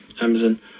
Amazon